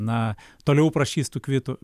na toliau prašys tų kvitų